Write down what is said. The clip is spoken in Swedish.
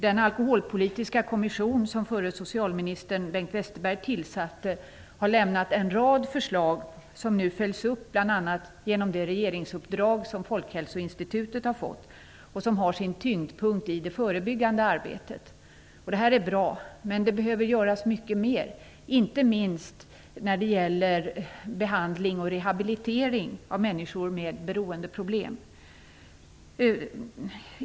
Den alkoholpolitiska kommission som förre socialministern Bengt Westerberg tillsatte har lämnat en rad förslag som nu följs upp, bl.a. genom det regeringsuppdrag som Folkhälsoinstitutet har fått och som har sin tyngdpunkt i det förebyggande arbetet. Det är bra. Men mycket mer behöver göras, inte minst när det gäller behandling och rehabilitering av människor med beroendeproblem.